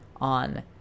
on